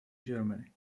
germany